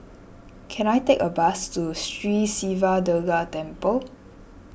can I take a bus to Sri Siva Durga Temple